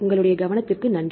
உங்களுடைய கவனத்திற்கு நன்றி